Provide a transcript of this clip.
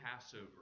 Passover